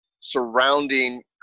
surrounding